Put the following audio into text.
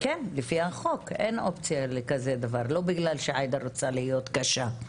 לפי החוק אין אופציה לכזה דבר לא בגלל שעאידה רוצה להיות קשה.